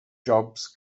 jobs